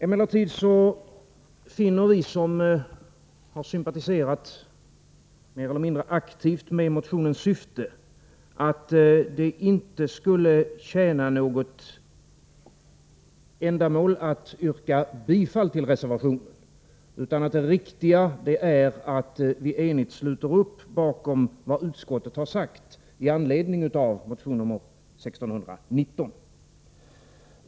Emellertid finner vi som mer eller mindre aktivt har sympatiserat med motionens syfte att det inte skulle tjäna något ändamål att yrka bifall till reservationen. Det riktiga är i stället att vi enigt sluter upp bakom vad utskottet har sagt med anledning av motion 1619.